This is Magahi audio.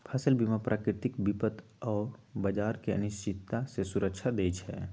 फसल बीमा प्राकृतिक विपत आऽ बाजार के अनिश्चितता से सुरक्षा देँइ छइ